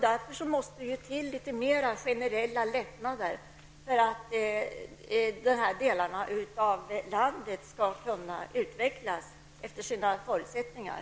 Därför måste det till litet mera generella lättnader för att dessa delar av landet skall kunna utvecklas efter sina förutsättningar.